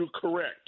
correct